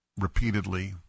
repeatedly